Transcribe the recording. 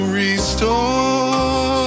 restore